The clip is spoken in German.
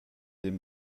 dem